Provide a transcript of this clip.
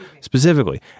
specifically